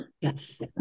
Yes